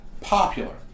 popular